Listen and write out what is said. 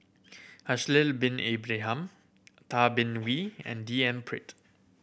Haslir Bin Ibrahim Tay Bin Wee and D N Pritt